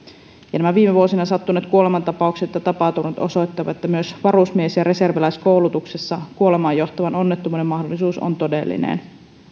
ja nämä viime vuosina sattuneet kuolemantapaukset ja tapaturmat osoittavat että myös varusmies ja reserviläiskoulutuksessa kuolemaan johtavan onnettomuuden mahdollisuus on todellinen